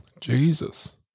Jesus